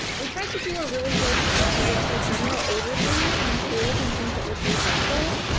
we tried to do a really good, i would say, general overview, on tools and things that would be helpful.